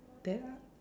that